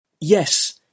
Yes